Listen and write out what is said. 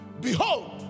behold